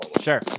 Sure